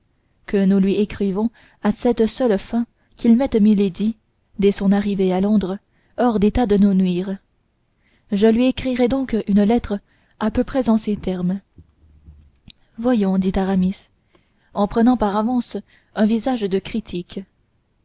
que nous lui écrivons à cette seule fin qu'il mette milady dès son arrivée à londres hors d'état de nous nuire je lui écrirai donc une lettre à peu près en ces termes voyons dit aramis en prenant par avance un visage de critique